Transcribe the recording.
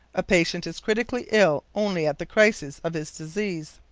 a patient is critically ill only at the crisis of his disease.